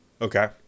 Okay